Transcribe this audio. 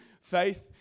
faith